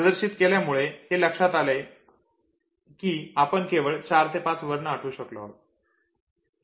प्रदर्शित केल्यामुळे हे लक्षात आले की आपण केवळ 4 ते 5 वर्ण आठवू शकलो आहोत